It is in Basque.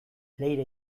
leire